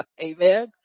Amen